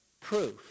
proof